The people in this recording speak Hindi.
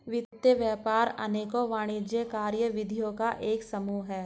वित्त व्यापार अनेकों वाणिज्यिक कार्यविधियों का एक समूह है